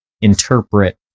interpret